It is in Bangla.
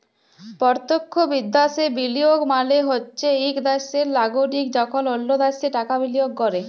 পরতখ্য বিদ্যাশে বিলিয়গ মালে হছে ইক দ্যাশের লাগরিক যখল অল্য দ্যাশে টাকা বিলিয়গ ক্যরে